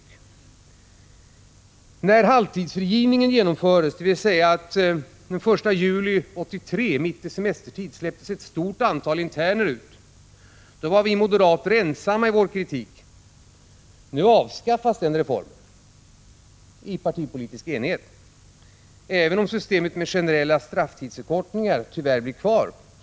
När den s.k. halvtidsfrigivningen genomfördes och ett stort antal interner släpptes ut mitt i semestertid, den 1 juli 1983, var vi moderater ensamma om vår kritik. Nu avskaffas den reformen i partipolitisk enighet, även om systemet med generella strafftidsförkortningar tyvärr blir kvar.